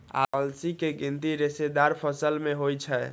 अलसी के गिनती रेशेदार फसल मे होइ छै